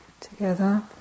together